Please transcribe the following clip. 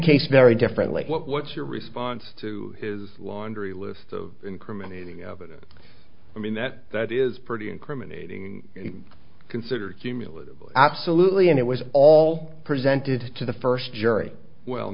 case very differently what's your response to his laundry list of incriminating evidence i mean that that is pretty incriminating consider cumulative absolutely and it was all presented to the first jury well